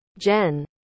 Jen